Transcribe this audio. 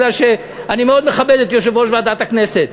כי אני מאוד מכבד את יושב-ראש ועדת הכנסת.